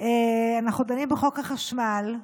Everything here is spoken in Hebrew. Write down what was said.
אנחנו דנים בחוק החשמל,